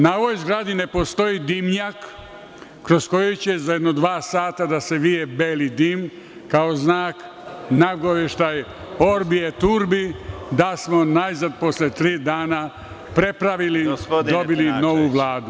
Na ovoj zgradi ne postoji dimnjak kroz koji će za jedno dva sata da se vije beli dim, kao znak, nagoveštaj, „orbi e turbi“, da smo najzad posle tri dana prepravili, dobili novu Vladu.